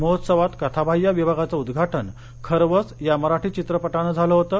महोत्सवात कथाबाह्य विभागाचं उद्दाटन खरवस या मराठी चित्रपटानं झालं होतं